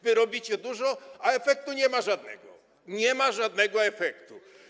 Wy robicie dużo, a efektu nie ma żadnego - nie ma żadnego efektu.